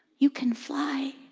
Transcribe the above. you can fly.